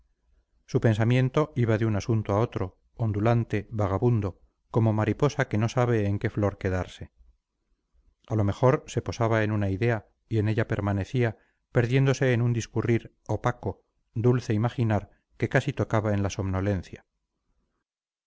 su pensamiento iba de un asunto a otro ondulante vagabundo como mariposa que no sabe en qué flor quedarse a lo mejor se posaba en una idea y en ella permanecía perdiéndose en un discurrir opaco dulce imaginar que casi tocaba en la somnolencia